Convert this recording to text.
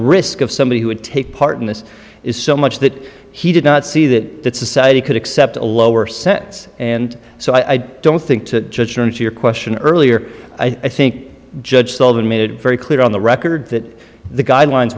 risk of somebody who would take part in this is so much that he did not see that that society could accept a lower sentence and so i don't think to your question earlier i think judge sullivan made it very clear on the record that the guidelines